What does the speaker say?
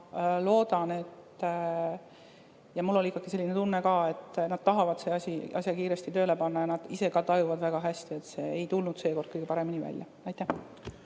Ma loodan ja mul oli selline tunne, et nad tahavad selle asja kiiresti tööle panna ja nad ise ka tajuvad väga hästi, et see ei tulnud seekord kõige paremini välja. Nüüd